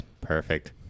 perfect